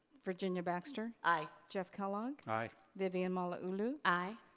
virginia baxter? aye. jeff kellogg? aye. vivian malauulu? aye.